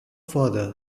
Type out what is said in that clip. father